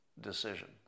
decision